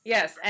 Yes